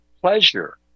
pleasure